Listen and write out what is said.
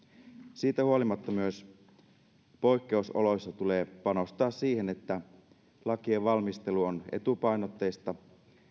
siitä huolimatta myös poikkeusoloissa tulee panostaa siihen että lakien valmistelu on etupainotteista